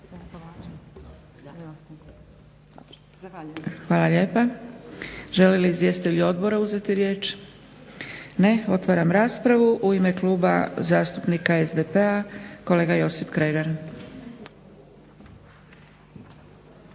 Hvala lijepa. Žele li izvjestitelji odbora uzeti riječ? Ne. Otvaram raspravu. U ime Kluba zastupnika SDP-a kolega Josip Kregar.